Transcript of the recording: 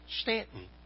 Stanton